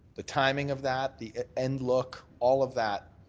the timing of that, the end look, all of that,